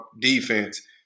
defense